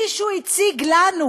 מישהו הציג לנו,